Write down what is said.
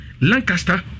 Lancaster